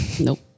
Nope